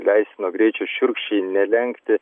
leistino greičio šiurkščiai nelenkti